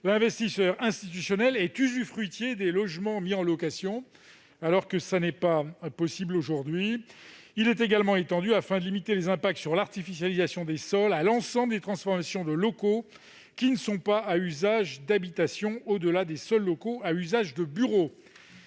l'investisseur institutionnel est usufruitier des logements mis en location, ce qui n'est pas possible aujourd'hui. Il est également étendu, afin de limiter les impacts sur l'artificialisation des sols, à l'ensemble des transformations de locaux qui ne sont pas à usage d'habitation, au-delà des seuls locaux à usage de bureaux.